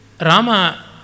Rama